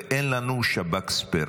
ואין לנו שב"כ ספייר.